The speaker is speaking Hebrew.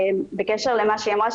בקשר למה שהיא אמרה,